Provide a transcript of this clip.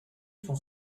son